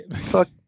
fuck